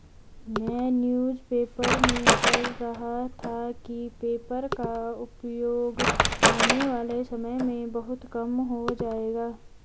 मैं newspaper में पढ़ रहा था कि पेपर का उपयोग आने वाले समय में बहुत कम हो जाएगा